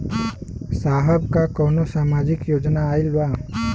साहब का कौनो सामाजिक योजना आईल बा?